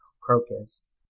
Crocus